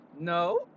no